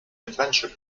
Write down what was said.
adventure